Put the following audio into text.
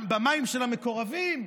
במים של המקורבים?